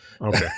Okay